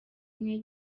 umwe